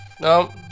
No